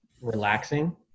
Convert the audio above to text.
relaxing